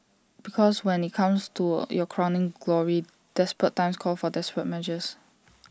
because when IT comes to your crowning glory desperate times call for desperate measures